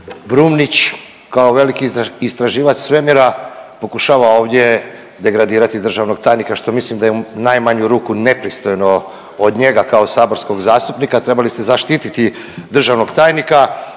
Brumnić kao veliki istraživač svemira pokušava ovdje degradirati državnog tajnika što mislim da je u najmanju ruku nepristojno od njega kao saborskog zastupnika, trebali ste zaštiti državnog tajnika.